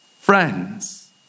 Friends